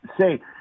Say